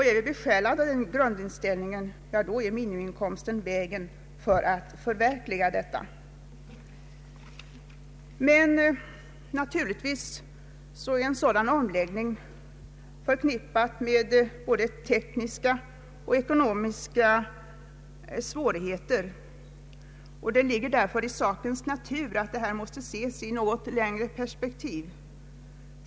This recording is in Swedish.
Är man besjälad av den grundinställningen, då är minimiinkomsten vägen att förverkliga denna idé. Naturligtvis är en sådan omläggning förknippad med både tekniska och ekonomiska svårigheter. Det ligger därför i sakens natur att en sådan reform måste ses i ett något längre perspektiv.